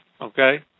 okay